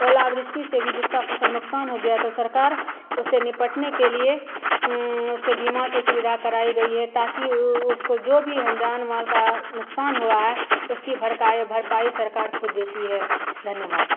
ओलावृष्टि से भी जिसकी फ़सल का नुकसान हो गया था सरकार उससे निपटने के लिए उसके बीमा की सुविधा कराई गई है ताकि उ उसको जो भी है जान माल का नुकसान हुआ है उसकी भरकाई भरपाई सरकार खुद देती है धन्यवाद